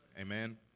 Amen